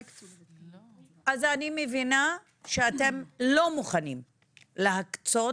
אז אני מבינה שאתם לא מוכנים להקצות